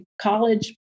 college